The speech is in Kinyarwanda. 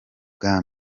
bwa